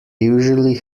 usually